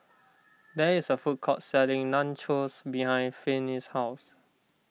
there is a food court selling Nachos behind Finis' house